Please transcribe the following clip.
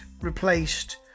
replaced